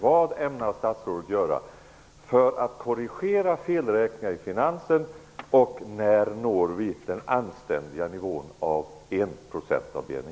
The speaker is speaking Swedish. Vad ämnar statsrådet göra för att korrigera dessa felräkningar? När når vi den anständiga enprocentsnivån?